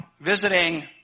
Visiting